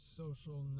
social